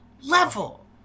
level